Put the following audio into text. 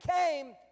came